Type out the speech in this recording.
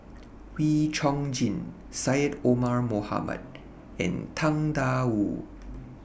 Wee Chong Jin Syed Omar Mohamed and Tang DA Wu